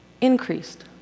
increased